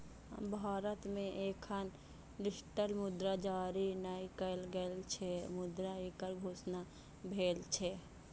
भारत मे एखन डिजिटल मुद्रा जारी नै कैल गेल छै, मुदा एकर घोषणा भेल छै